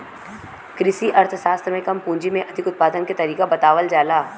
कृषि अर्थशास्त्र में कम पूंजी में अधिक उत्पादन के तरीका बतावल जाला